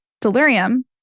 delirium